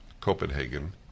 Copenhagen